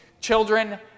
children